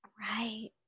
Right